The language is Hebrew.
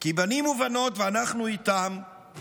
כי בנים ובנות, ואנחנו איתם /